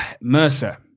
Mercer